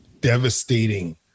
devastating